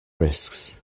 risks